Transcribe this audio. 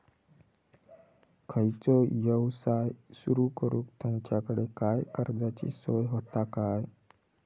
खयचो यवसाय सुरू करूक तुमच्याकडे काय कर्जाची सोय होता काय?